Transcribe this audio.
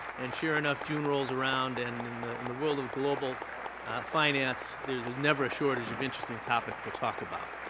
and sure enough, june rolls around, and in the in the world of global finance, there's there's never a shortage of interesting topics to talk about.